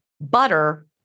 butter